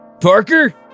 Parker